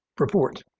report.